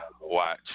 watch